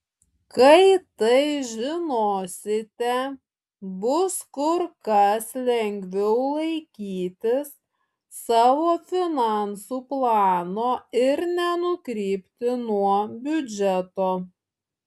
kai tai žinosite bus kur kas lengviau laikytis savo finansų plano ir nenukrypti nuo biudžeto